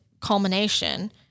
culmination